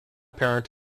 parent